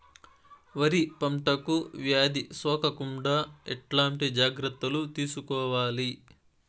వరి పంటకు వ్యాధి సోకకుండా ఎట్లాంటి జాగ్రత్తలు తీసుకోవాలి?